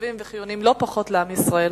חשובים וחיוניים לא פחות לעם ישראל.